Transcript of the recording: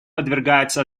подвергаются